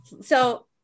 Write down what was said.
So-